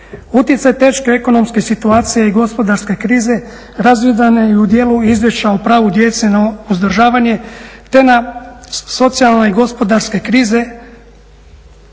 Utjecaj teške ekonomske situacije i gospodarske krize razvidan je i u dijelu izvješća o pravu djece na uzdržavanje, te na socijalne i gospodarske krize,